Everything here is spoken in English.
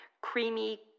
creamy